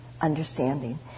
understanding